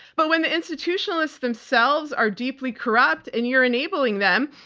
but when the institutionalists themselves are deeply corrupt and you're enabling them,